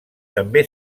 també